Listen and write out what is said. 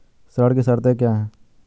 ऋण की शर्तें क्या हैं?